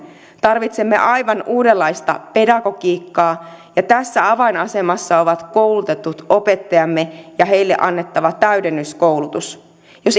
tarvitsemme aivan uudenlaista pedagogiikkaa ja tässä avainasemassa ovat koulutetut opettajamme ja heille annettava täydennyskoulutus jos